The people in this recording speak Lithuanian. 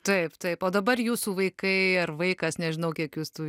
taip taip o dabar jūsų vaikai ar vaikas nežinau kiek jus tų